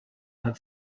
had